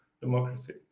democracy